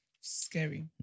scary